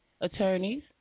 attorneys